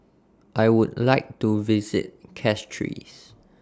I Would like to visit Castries